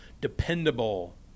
dependable